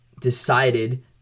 decided